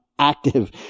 active